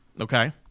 Okay